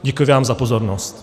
Děkuji vám za pozornost.